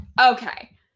okay